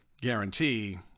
guarantee